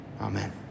Amen